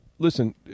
Listen